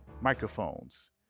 microphones